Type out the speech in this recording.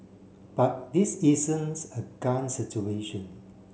but this isn't a gun situation